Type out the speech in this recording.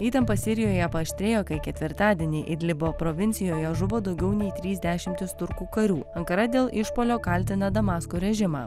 įtampa sirijoje paaštrėjo kai ketvirtadienį idlibo provincijoje žuvo daugiau nei trys dešimtys turkų karių ankara dėl išpuolio kaltina damasko režimą